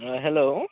अ हेल